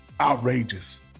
outrageous